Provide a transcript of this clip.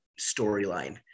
storyline